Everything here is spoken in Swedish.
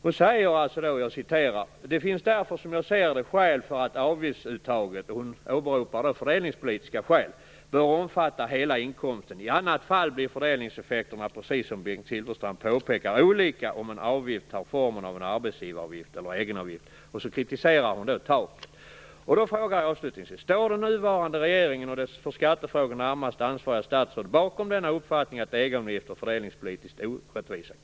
Hon åberopar fördelningspolitiska skäl, och hon säger: Det finns därför som jag ser det skäl för att avgiftsuttaget bör omfatta hela inkomsten. I annat fall blir fördelningseffekterna, precis som Bengt Silfverstrand påpekar, olika om en avgift tar formen av en arbetsgivaravgift eller egenavgift. Sedan kritiserar hon taket. Då frågar jag avslutningsvis: Står den nuvarande regeringen och dess för skattefrågor närmast ansvariga statsråd bakom uppfattningen att egenavgifter är fördelningspolitiskt orättvisa?